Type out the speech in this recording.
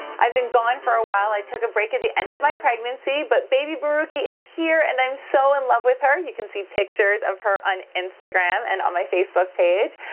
i've been gone for a while. i took a break at the end of my pregnancy. but baby borucki is here and i'm so in love with her. you can see pictures of her on instagram and on my facebook page.